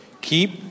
keep